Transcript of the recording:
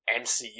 MCU